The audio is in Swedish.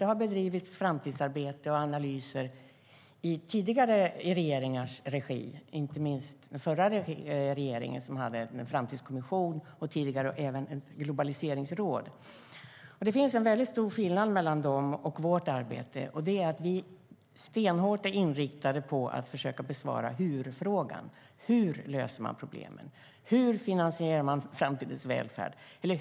Det har bedrivits framtidsarbete och gjorts analyser i tidigare regeringars regi, inte minst hade den förra regeringen en framtidskommission och ett globaliseringsråd. Skillnaden mellan deras och vårt arbete är väldigt stor. Vi är stenhårt inriktade på att försöka besvara hur-frågan. Hur löser man problemen? Hur finansierar man framtidens välfärd?